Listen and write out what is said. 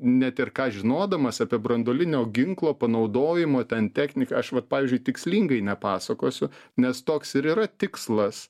net ir ką žinodamas apie branduolinio ginklo panaudojimo ten techniką aš vat pavyzdžiui tikslingai nepasakosiu nes toks ir yra tikslas